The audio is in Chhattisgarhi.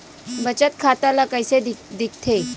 बचत खाता ला कइसे दिखथे?